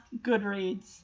Goodreads